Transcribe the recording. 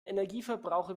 energieverbraucher